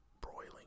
broiling